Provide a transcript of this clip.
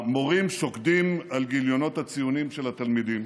המורים שוקדים על גיליונות הציונים של התלמידים,